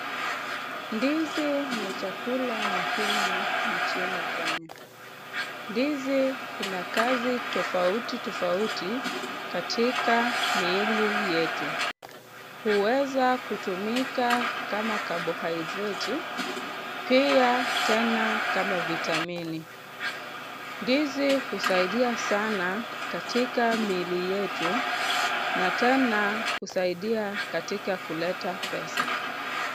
Ndizi ni chakula muhimu nchini Kenya. Ndizi ina kazi tofauti tofauti, katika miili yetu. Huweza kutumika kama kabohaidreti, pia tena kama vitamini. Ndizi husaidia sana katika miwili yetu, na tena husaidia katika kuleta pesa.